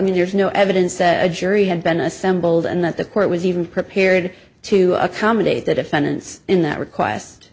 mean there's no evidence a jury had been assembled and that the court was even prepared to accommodate the defendants in that request